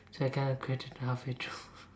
so I kind of quit it halfway through